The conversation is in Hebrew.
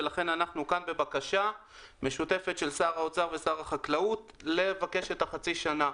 ולכן אנחנו כאן בבקשה משותפת של שר האוצר לבקש את חצי השנה.